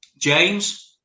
James